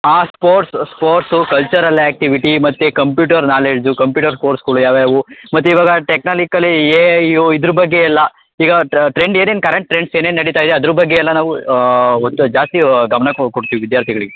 ಆಂ sports sports cultural activity ಮತ್ತು computer knowledge computer ಕೋರ್ಸ್ಗಳು ಯಾವ ಯಾವುವೂ ಮತ್ತು ಇವಾಗ ಟೆಕ್ನಾಲಿಕಲಿ ಎ ಐಯು ಇದ್ರ ಬಗ್ಗೆ ಎಲ್ಲ ಈಗ ಟ್ರೆಂಡ್ ಏನೇನು ಕರೆಂಟ್ ಟ್ರೆಂಡ್ಸ್ ಏನೇನು ನಡಿತಾಯಿದೆ ಅದ್ರ ಬಗ್ಗೆ ಎಲ್ಲ ನಾವು ಒಟ್ಟು ಜಾಸ್ತಿ ಗಮನ ಕೊಡ್ತೀವಿ ವಿದ್ಯಾರ್ಥಿಗಳಿಗೆ